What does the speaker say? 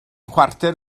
chwarter